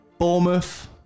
Bournemouth